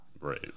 Right